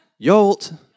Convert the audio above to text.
YOLT